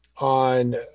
on